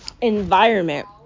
environment